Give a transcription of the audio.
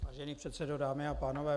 Vážený předsedo, dámy a pánové.